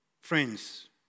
Friends